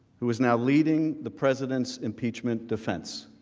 who is now leading the president's impeachment defense.